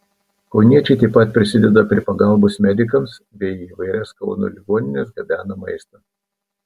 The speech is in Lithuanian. kauniečiai taip pat prisideda prie pagalbos medikams bei į įvairias kauno ligonines gabena maistą